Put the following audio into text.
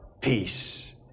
peace